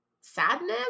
Sadness